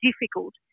difficult